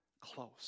close